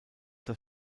das